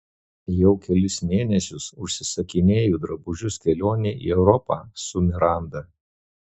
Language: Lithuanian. jau kelis mėnesius užsisakinėju drabužius kelionei į europą su miranda